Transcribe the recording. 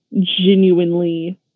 genuinely